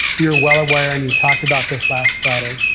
you're well aware, and you talked about this last friday,